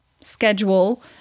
Schedule